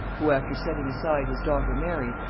who, after setting aside his daughter mary,